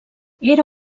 era